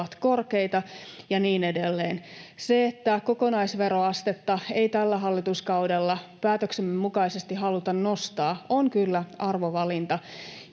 korkeita ja niin edelleen. Se, että kokonaisveroastetta ei tällä hallituskaudella päätöksemme mukaisesti haluta nostaa, on kyllä arvovalinta.